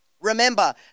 Remember